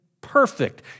perfect